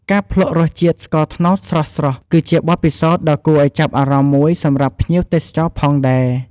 ការភ្លក់រសជាតិស្ករត្នោតស្រស់ៗ គឺជាបទពិសោធន៍ដ៏គួរឲ្យចាប់អារម្មណ៍មួយសម្រាប់ភ្ញៀវទេសចរផងដែរ។